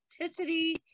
authenticity